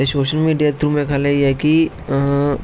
ते social media दे through मेरा खयाल ऐ कि